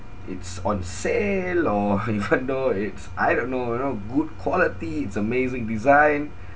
it's on sale or even though it's I don't know you know good quality its amazing design